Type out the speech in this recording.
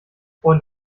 und